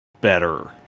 better